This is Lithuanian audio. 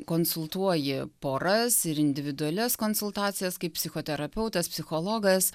konsultuoji poras ir individualias konsultacijas kaip psichoterapeutas psichologas